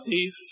thief